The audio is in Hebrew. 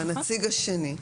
לנציג השני.